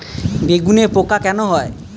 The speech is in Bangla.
বেগুনে পোকা কেন হয়?